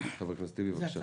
חבר הכנסת טיבי, בבקשה.